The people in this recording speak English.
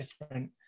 different